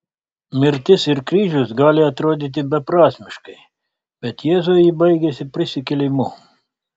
mirtis ir kryžius gali atrodyti beprasmiškai bet jėzui ji baigėsi prisikėlimu